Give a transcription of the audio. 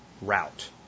route